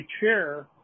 chair